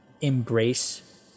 embrace